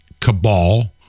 cabal